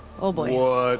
oh boy.